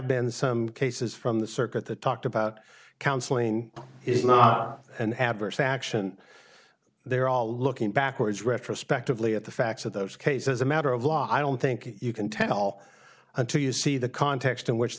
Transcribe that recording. been some cases from the circuit the talked about counseling it's not an adverse action they're all looking backwards retrospectively at the facts of those case as a matter of law i don't think you can tell until you see the context in which the